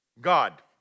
God